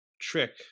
trick